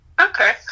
Okay